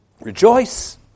Rejoice